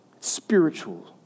Spiritual